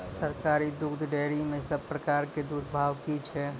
सरकारी दुग्धक डेयरी मे सब प्रकारक दूधक भाव की छै?